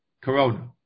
Corona